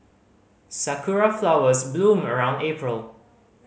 sakura flowers bloom around April